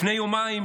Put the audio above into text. לפני יומיים